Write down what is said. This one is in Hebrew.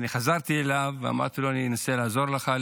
וחזרתי אליו ואמרתי לו: אני אנסה לעזור לך,